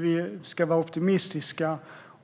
Vi ska vara optimistiska.